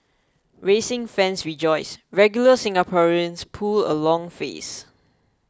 racing fans rejoice regular Singaporeans pull a long face